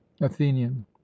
athenian